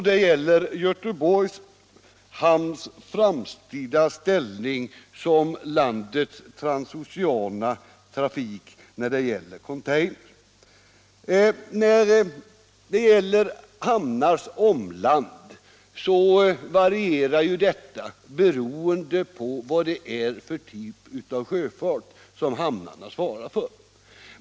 Det gäller Göteborgs hamns framtida ställning för landets transoceana trafik när det gäller container. Hamnars omland varierar beroende på vad det är för typ av sjöfart som hamnarna svarar för.